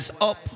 up